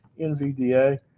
NVDA